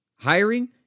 Hiring